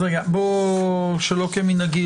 שלא כמנהגי.